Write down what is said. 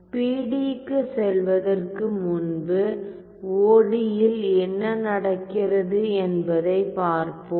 பிடியி க்குச் செல்வதற்கு முன்பு ஒடியி இல் என்ன நடக்கிறது என்பதைப் பார்ப்போம்